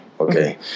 Okay